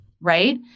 Right